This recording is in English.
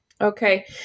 Okay